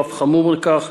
או אף חמור מכך,